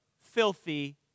filthy